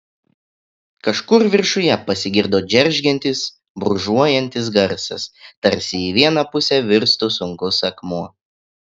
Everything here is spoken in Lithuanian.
kažkur viršuje pasigirdo džeržgiantis brūžuojantis garsas tarsi į vieną pusę virstų sunkus akmuo